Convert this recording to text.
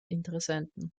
interessenten